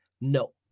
No